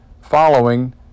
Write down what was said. following